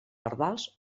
pardals